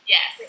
Yes